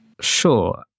Sure